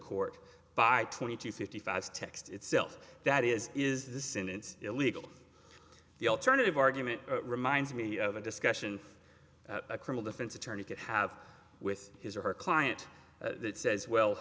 court by twenty to fifty five text itself that is is the sentence illegal the alternative argument reminds me of a discussion a cruel defense attorney could have with his or her client that says well